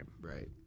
Right